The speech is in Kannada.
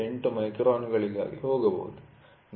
8 ಮೈಕ್ರಾನ್ಗಳಿಗೆ ಹೋಗಬಹುದು